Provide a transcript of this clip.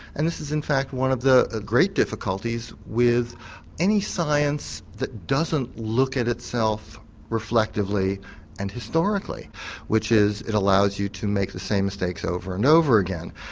and this is in fact one of the ah great difficulties with any science that doesn't look at itself reflectively and historically which is it allows you to make the same mistakes over and over again.